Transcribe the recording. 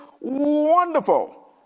wonderful